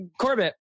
Corbett